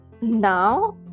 now